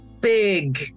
big